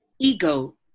ego